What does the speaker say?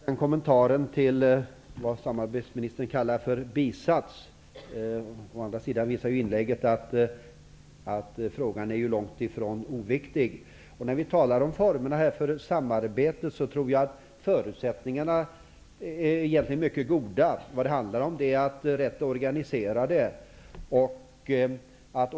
Herr talman! Jag tackar för kommentaren till det som samarbetsministern kallar för bisats. Inlägget visar att frågan långt ifrån är oviktig. Jag tror att förutsättningarna för samarbete egentligen är mycket goda. Det handlar om att organisera det rätt.